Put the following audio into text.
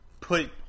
put –